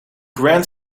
grand